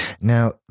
Now